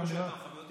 כמו שאתה מחבב אותי,